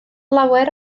llawer